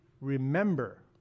remember